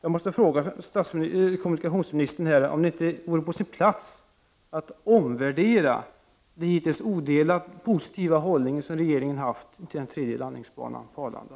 Jag måste fråga kommunikationsministern om han inte anser att det vore på sin plats att omvärdera den hittills odelade positiva hållning regeringen haft till en tredje landningsbana på Arlanda.